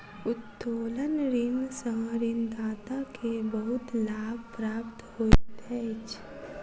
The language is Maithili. उत्तोलन ऋण सॅ ऋणदाता के बहुत लाभ प्राप्त होइत अछि